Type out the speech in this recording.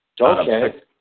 Okay